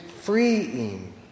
freeing